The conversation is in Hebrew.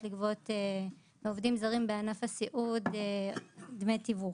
לגבות מעובדים זרים בענף הסיעוד דמי תיווך.